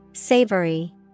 Savory